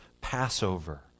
Passover